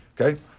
Okay